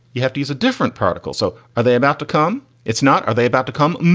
you have to use a different particle. so are they about to come? it's not. are they about to come?